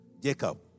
Jacob